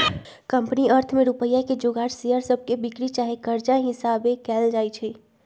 company अर्थ में रुपइया के जोगार शेयर सभके बिक्री चाहे कर्जा हिशाबे कएल जाइ छइ